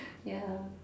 ya